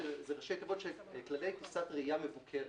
ראשי תיבות של כללי טיסת ראיה מבוקרת,